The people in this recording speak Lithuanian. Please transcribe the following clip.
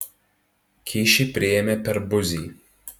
kyšį priėmė per buzį